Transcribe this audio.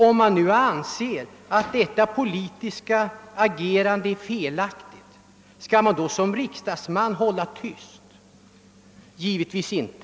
Om man nu anser att detta politiska agerande är felaktigt, skall man då som riksdagsman hålla tyst? Givetvis inte!